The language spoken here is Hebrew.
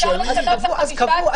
אפשר --- 15?